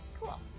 Cool